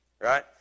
right